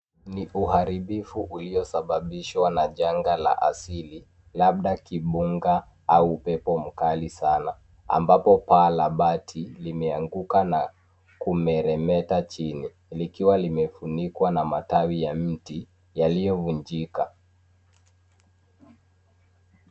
Ni uharibifu uliosababishwa na janga la asili labda kibunga au upepo mkali sana, ambapo paa la bati limeanguka na kumeremeta chini likiwa limefunikwa na matawi ya mti yaliyovunjika.